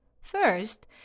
First